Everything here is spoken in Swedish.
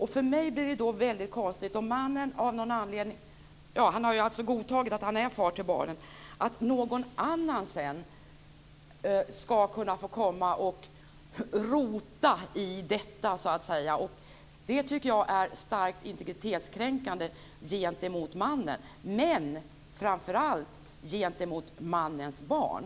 Han har alltså godtagit att han är far till barnet. För mig blir det konstigt att någon annan sedan ska få komma och "rota" i detta. Det är starkt integritetskränkande gentemot mannen och framför allt gentemot mannens barn.